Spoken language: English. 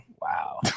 Wow